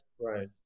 right